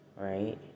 right